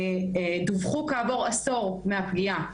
דווחו כעבור עשור מהפגיעה.